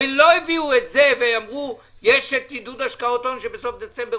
הרי לא הביאו את זה ואמרו שיש את עידוד השקעות הון שמפסיק בסוף דצמבר.